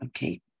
Okay